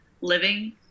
living